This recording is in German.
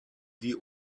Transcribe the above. die